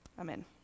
Amen